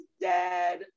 dead